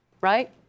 right